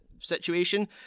situation